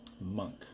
monk